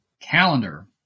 calendar